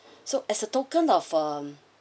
so as a token of um